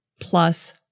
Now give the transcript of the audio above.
plus